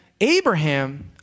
Abraham